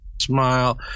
smile